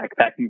backpacking